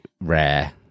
rare